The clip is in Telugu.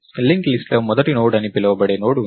లింక్ లిస్ట్ లో మొదటి నోడ్ అని పిలువబడే నోడ్ ఉంది